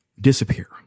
disappear